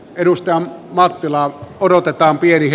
edustamme mattila odotetaan pieni